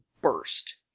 burst